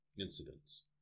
incidents